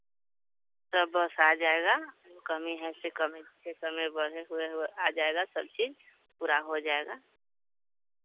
बस आ जाएगा कमी है आ जाएगा सब चीज़ पूरा हो जाएगा